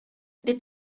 did